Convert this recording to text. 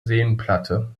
seenplatte